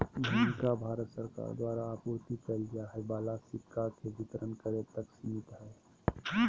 भूमिका भारत सरकार द्वारा आपूर्ति कइल जाय वाला सिक्का के वितरण करे तक सिमित हइ